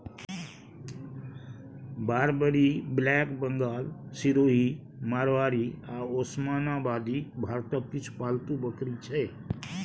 Barbari, black Bengal, Sirohi, Marwari आ ओसमानाबादी भारतक किछ पालतु बकरी छै